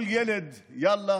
כל ילד: יאללה